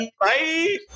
Bye